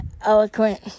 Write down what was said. eloquent